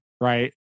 right